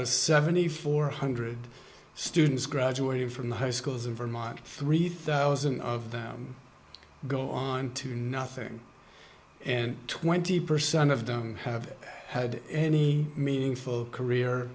of seventy four hundred students graduating from the high schools in vermont three thousand of them go on to nothing and twenty percent of them have had any meaningful career